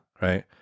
Right